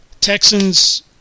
Texans